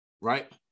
Right